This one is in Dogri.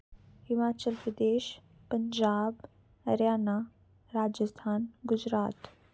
हिमाचल प्रदेश पंजाब हरियाणा राजस्थान गुजरात